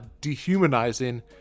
dehumanizing